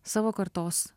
savo kartos